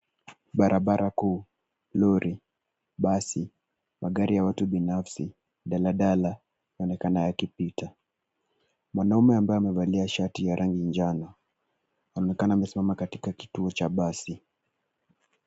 Barabara kuu lori, basi magari ya watu binafsi daladala yanaonekana yakipita . Mwanamme ambaye amevalia shati ya rangi ya manjano anaonekana akisimama katika kituo cha basi